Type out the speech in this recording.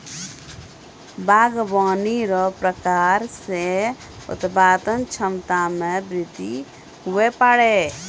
बागवानी रो प्रकार से उत्पादन क्षमता मे बृद्धि हुवै पाड़ै